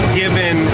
given